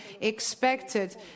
expected